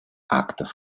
актов